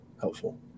helpful